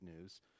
news